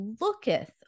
looketh